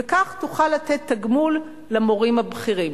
וכך תוכל לתת תגמול למורים הבכירים.